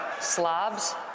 slobs